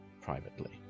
privately